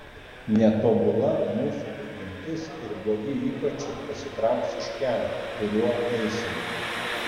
netobula mūsų prigimtis ir blogi įpročiai pasitrauks iš kelio kuriuo eisime